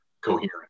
coherent